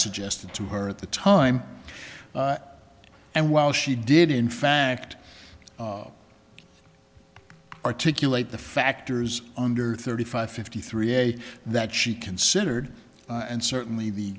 suggested to her at the time and while she did in fact articulate the factors under thirty five fifty three a that she considered and certainly the